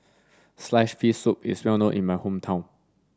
sliced fish soup is well known in my hometown